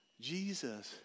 Jesus